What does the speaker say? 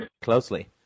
Closely